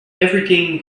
everything